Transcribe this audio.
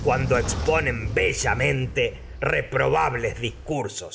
cuando caer zosas exponen bellamente reprobables discursos